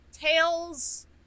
Tails